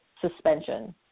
suspension